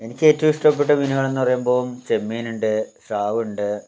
എനിക്ക് ഏറ്റവും ഇഷ്ടപെട്ട മീനുകളെന്നു പറയുമ്പോൾ ചെമ്മീൻ ഉണ്ട് സ്രാവ് ഉണ്ട്